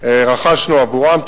רכשנו עבורם,